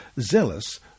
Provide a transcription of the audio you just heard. zealous